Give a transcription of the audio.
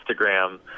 Instagram